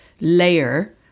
layer